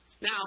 Now